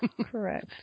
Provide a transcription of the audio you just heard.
Correct